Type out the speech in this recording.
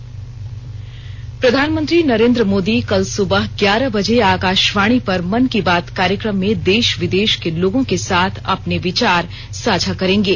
मन की बात प्रधानमंत्री नरेन्द्र मोदी कल सुबह ग्यारह बजे आकाशवाणी पर मन की बात कार्यक्रम में देश विदेश के लोगों के साथ अपने विचार साझा करेंगे